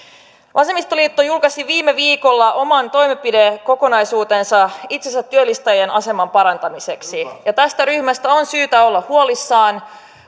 vasemmistoliitto julkaisi viime viikolla oman toimenpidekokonaisuutensa itsensätyöllistäjien aseman parantamiseksi ja tästä ryhmästä on syytä olla huolissaan